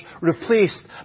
replaced